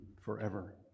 forever